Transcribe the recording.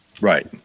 right